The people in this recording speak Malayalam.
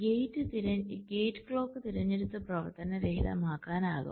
ഗേറ്റിന് ക്ലോക്ക് തിരഞ്ഞെടുത്ത് പ്രവർത്തനരഹിതമാക്കാനാകും